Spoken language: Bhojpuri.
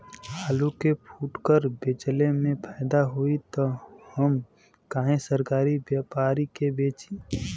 आलू के फूटकर बेंचले मे फैदा होई त हम काहे सरकारी व्यपरी के बेंचि?